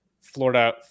Florida